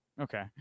okay